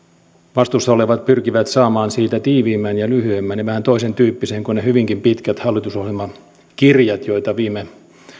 vastuussa olevat pyrkivät saamaan siitä tiiviimmän ja lyhyemmän ja vähän toisentyyppisen kuin ne hyvinkin pitkät hallitusohjelmakirjat joita viime